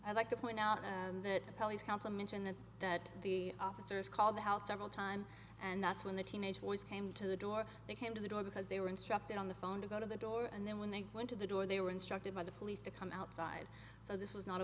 mentioned that the officers called the house several times and that's when the teenaged boys came to the door they came to the door because they were instructed on the phone to go to the door and then when they went to the door they were instructed by the police to come outside so this was not a